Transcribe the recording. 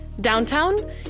downtown